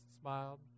smiled